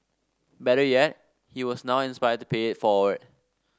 better yet he was now inspired to pay it forward